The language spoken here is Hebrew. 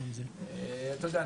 אתה יודע,